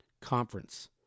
Conference